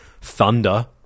Thunder